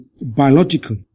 biological